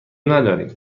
نداریم